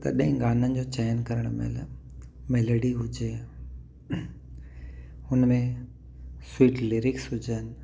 तॾहिं गानन जो चयन करण महिल मेलोडी हुजे हुनमें स्वीट लिरिक्स हुजनि